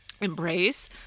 embrace